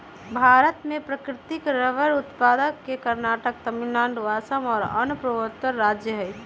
भारत में प्राकृतिक रबर उत्पादक के कर्नाटक, तमिलनाडु, असम और अन्य पूर्वोत्तर राज्य हई